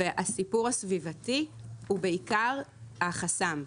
הסיפור הסביבתי הוא בעיקר החסם.